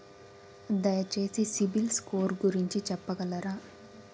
దయచేసి CIBIL score గురించి చెప్పగలరా?